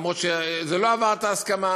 אף שזה לא עבר את ההסכמה.